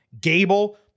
Gable